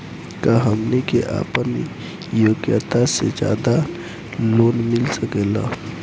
का हमनी के आपन योग्यता से ज्यादा लोन मिल सकेला?